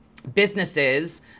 businesses